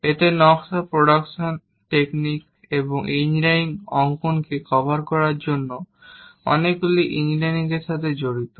এতে নকশা production technique এবং ইঞ্জিনিয়ারিং অঙ্কনকে কভার করার মতো অনেকগুলি ইঞ্জিনিয়ারিং এর দিকে জড়িত